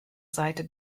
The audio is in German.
seite